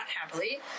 happily